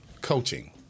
coaching